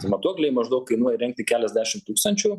matuokliai maždaug kainuoja įrengti keliasdešimt tūkstančių